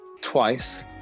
twice